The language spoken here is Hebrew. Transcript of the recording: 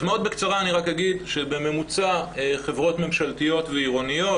אני רק אגיד בקצרה שבממוצע בחברות ממשלתיות ועירוניות,